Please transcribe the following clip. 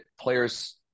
players